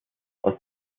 aus